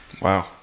Wow